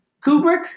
Kubrick